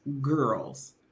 girls